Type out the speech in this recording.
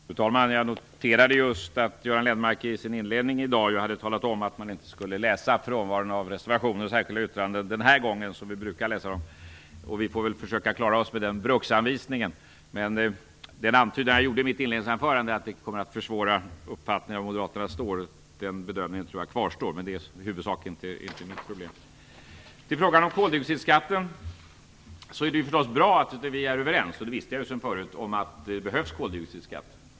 Fru talman! Jag noterade just att Göran Lennmarker i sin inledning i dag hade talat om att man inte skulle tolka frånvaron av reservationer och särskilda yttranden så som vi brukar tolka den. Vi får försöka klara oss med den bruksanvisningen. Men den bedömning jag gjorde i mitt inledningsanförande kvarstår, dvs. att det kommer att försvåra uppfattningen om var Moderaterna står. Men det är inte i huvudsak mitt problem. I frågan om koldioxidskatten är det självfallet bra att vi är överens - det visste jag sedan förut - om att det behövs en sådan skatt.